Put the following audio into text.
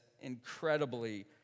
incredibly